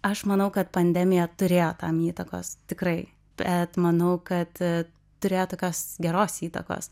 aš manau kad pandemija turėjo tam įtakos tikrai bet manau kad turėjo tokios geros įtakos